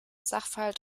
sachverhalt